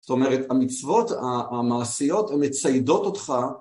זאת אומרת המצוות המעשיות מציידות אותך